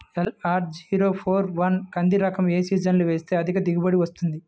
LRG four one కంది రకం ఏ సీజన్లో వేస్తె అధిక దిగుబడి వస్తుంది?